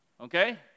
Okay